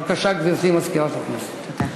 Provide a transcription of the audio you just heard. בבקשה, גברתי מזכירת הכנסת.